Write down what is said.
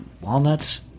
Walnuts